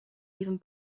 even